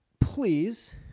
Please